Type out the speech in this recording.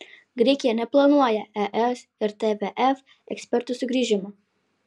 graikija neplanuoja es ir tvf ekspertų sugrįžimo